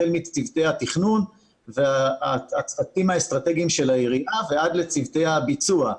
החל מצוותי התכנון והצוותים האסטרטגיים של העירייה ועד לצוותי הביצוע.